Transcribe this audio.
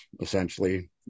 essentially